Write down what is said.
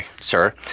sir